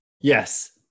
Yes